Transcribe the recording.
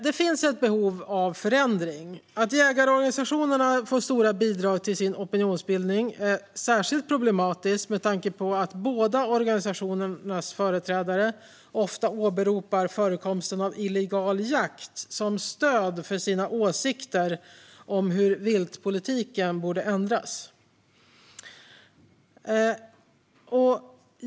Det finns ett behov av förändring. Att jägarorganisationerna får stora bidrag till sin opinionsbildning är särskilt problematiskt med tanke på att båda organisationernas företrädare ofta åberopar förekomsten av illegal jakt som stöd för sina åsikter om hur viltpolitiken borde ändras.